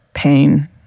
Pain